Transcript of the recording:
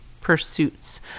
pursuits